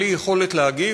בלי יכולת להגיב,